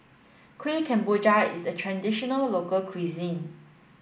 Kuih Kemboja is a traditional local cuisine